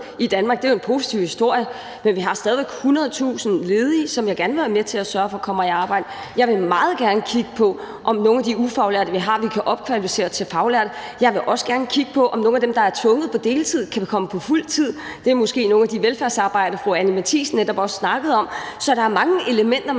i Danmark. Det er jo en positiv historie. Men vi har stadig væk 100.000 ledige, som jeg gerne vil være med til at sørge for kommer i arbejde. Jeg vil meget gerne kigge på, om vi kan opkvalificere nogle af de ufaglærte, vi har, til faglærte. Jeg vil også gerne kigge på, om nogle af dem, der er tvunget på deltid, kan komme på fuldtid. Det er måske nogle af de velfærdsarbejdere, fru Anni Matthiesen netop også snakkede om. Så der er mange elementer,